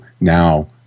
now